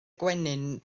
gwenyn